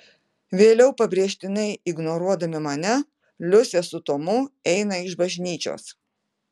vėliau pabrėžtinai ignoruodami mane liusė su tomu eina iš bažnyčios